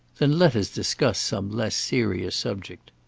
then let us discuss some less serious subject.